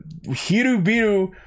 hirubiru